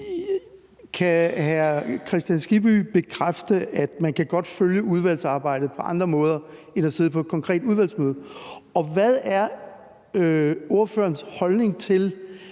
Kan hr. Hans Kristian Skibby bekræfte, at man godt kan følge udvalgsarbejdet på andre måder end at sidde med ved et konkret udvalgsmøde? Og hvad er ordførerens holdning til,